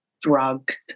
drugs